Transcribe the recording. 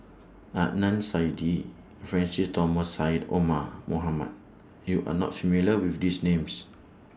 Adnan Saidi Francis Thomas Syed Omar Mohamed YOU Are not familiar with These Names